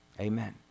Amen